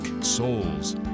souls